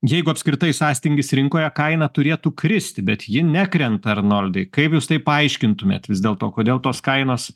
jeigu apskritai sąstingis rinkoje kaina turėtų kristi bet ji nekrenta arnoldai kaip jūs tai paaiškintumėt vis dėlto kodėl tos kainos